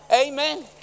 Amen